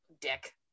Dick